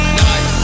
night